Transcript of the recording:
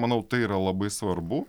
manau tai yra labai svarbu